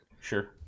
Sure